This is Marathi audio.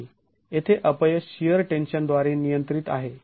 येथे अपयश शिअर टेन्शन द्वारे नियंत्रित आहे